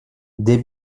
des